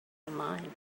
online